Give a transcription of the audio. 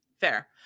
fair